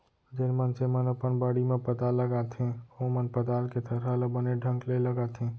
जेन मनसे मन अपन बाड़ी म पताल लगाथें ओमन पताल के थरहा ल बने ढंग ले लगाथें